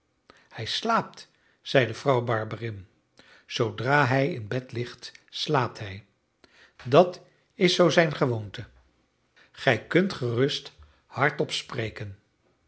hij slaapt zeide vrouw barberin zoodra hij in bed ligt slaapt hij dat is zoo zijn gewoonte gij kunt gerust hardop spreken